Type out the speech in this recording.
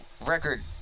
record